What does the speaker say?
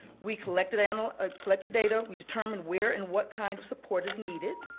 we collected and ah ah collected data, we determined where and what kind of support is needed.